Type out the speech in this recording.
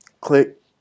click